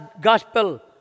gospel